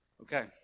Okay